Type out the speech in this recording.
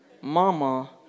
mama